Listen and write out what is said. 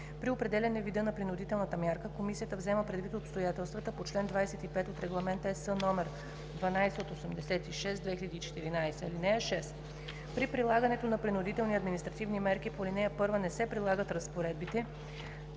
При определяне вида на принудителната мярка комисията взема предвид обстоятелствата по чл. 25 от Регламент (ЕС) № 1286/2014. (6) При прилагането на принудителни административни мерки по ал. 1 не се прилагат разпоредбите